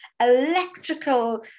electrical